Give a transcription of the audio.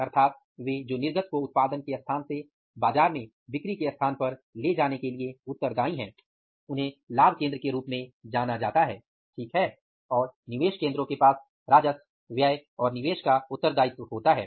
अर्थात वे जो निर्गत को उत्पादन के स्थान से बाजार में बिक्री के स्थान पर ले जाने के लिए उत्तरदायी हैं उन्हें लाभ केंद्र के रूप में जाना जाता है ठीक है और निवेश केंद्रों के पास राजस्व व्यय और निवेश का उत्तरदायित्व होता है